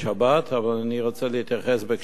אבל אני רוצה להתייחס בהקשר אחר.